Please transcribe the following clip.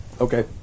Okay